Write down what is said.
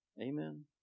Amen